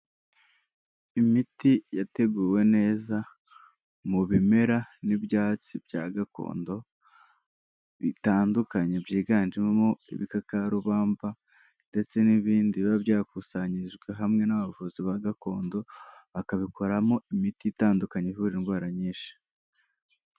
Imiti yateguwe neza mu bimera n'ibyatsi bya gakondo bitandukanye, byiganjemo ibikakarubamba ndetse n'ibindi biba byakusanyirijwe hamwe n'abavuzi ba gakondo bakabikoramo imiti itandukanye ivura indwara nyinshi.